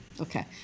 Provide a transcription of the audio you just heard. Okay